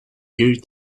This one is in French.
eut